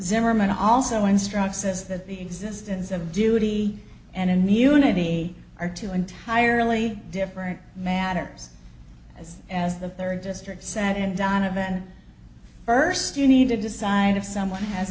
zimmerman also instructs says that the existence of duty and immunity are two entirely different matter as as the third district said in donovan first you need to decide if someone has